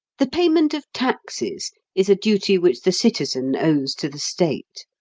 the payment of taxes is a duty which the citizen owes to the state.